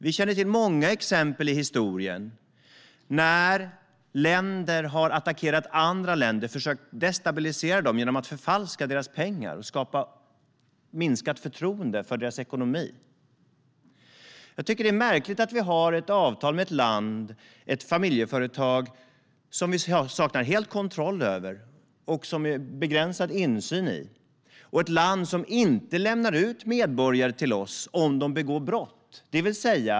Vi känner till många exempel i historien när länder har attackerat andra länder och försökt destabilisera dem genom att förfalska deras pengar och skapa minskat förtroende för deras ekonomi. Det är märkligt att vi har ett avtal med ett land och ett familjeföretag som vi helt saknar kontroll över och har begränsad insyn i. Det är ett land som inte lämnar ut medborgare till oss om de begår brott.